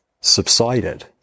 subsided